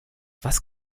was